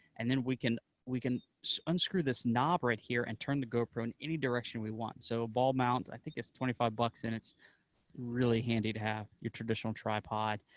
and then we can we can unscrew this knob right here and turn the gopro in any direction we want. so ball mount. i think it's twenty five dollars, and it's really handy to have. your traditional tripod,